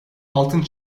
altın